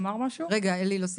אני כן